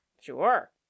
Sure